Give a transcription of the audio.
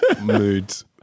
Moods